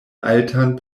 altan